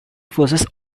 forces